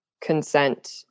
consent